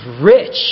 rich